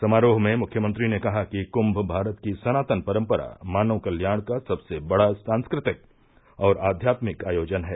समारोह में मुख्यमंत्री ने कहा कि कुम्म भारत की सनातन परम्परा मानव कल्याण का सबसे बड़ा सांस्कृतिक और आध्यालिक आयोजन है